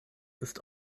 ist